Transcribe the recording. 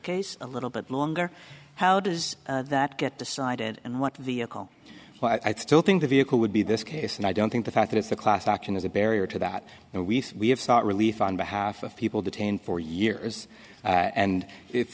case a little bit longer how does that get decided and what vehicle but i still think the vehicle would be this case and i don't think the fact that it's the class action is a barrier to that and we say we have sought relief on behalf of people detained for years and i